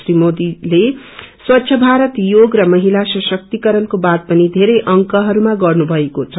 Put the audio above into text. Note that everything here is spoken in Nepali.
श्री मोदीले स्वच्छ भारत योग र महिला सशक्तिकरण्को वात पनि वेरै अंकहरूमा गर्नुभएको छ